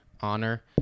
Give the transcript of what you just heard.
honor